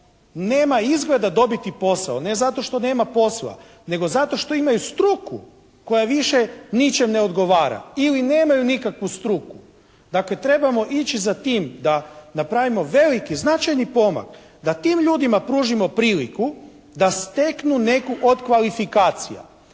nema izgleda dobiti posao, ne zato što nema posla, nego zašto što imaju struku koja više ničem ne odgovara ili nemaju nikakvu struku. Dakle, trebamo ići za tim da napravimo veliki, značajni pomak, da tim ljudima pružimo priliku da steknu neku od kvalifikacija.